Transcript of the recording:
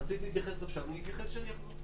רציתי להתייחס עכשיו, אני אתייחס כשאני אחזור.